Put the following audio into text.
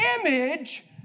image